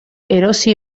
erosi